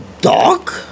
dog